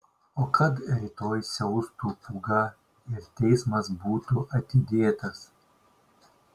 o kad rytoj siaustų pūga ir teismas būtų atidėtas